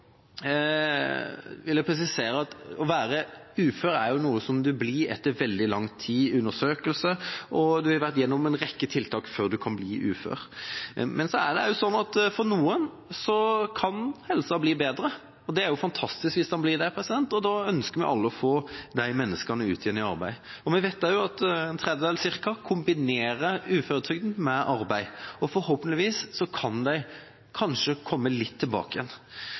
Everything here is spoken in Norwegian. vil jeg presisere at å være ufør er noe som en blir etter veldig lang tid, etter undersøkelser, og en har vært gjennom en rekke tiltak før en kan bli ufør. Men så er det også slik at for noen kan helsa bli bedre, og det er fantastisk hvis den blir det, og da ønsker alle å få de menneskene ut i arbeid igjen. Vi vet også at ca. en tredjedel kombinerer uføretrygd med arbeid, og forhåpentligvis kan de kanskje komme litt tilbake.